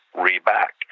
re-back